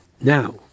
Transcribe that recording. Now